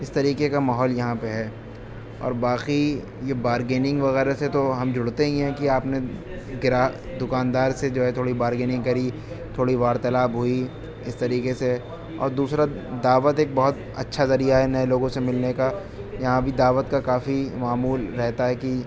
اس طریقے کا ماحول یہاں پہ ہے اور باقی یہ بارگیننگ وغیرہ سے تو ہم جڑتے ہی ہیں کہ آپ نے گرا دکاندار سے جو ہے تھوڑی بارگیننگ کری تھوڑی وارتلاب ہوئی اس طریقے سے اور دوسرا دعوت ایک بہت اچھا ذریعہ ہے نئے لوگوں سے ملنے کا یہاں بھی دعوت کا کافی معمول رہتا ہے کہ